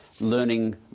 learning